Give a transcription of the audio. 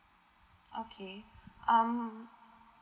okay um